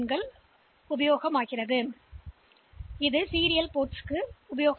எனவே அவை தானாகவே அவை தொடர் போர்ட்ஸ்களுக்கான போர்ட்ஸ்கள்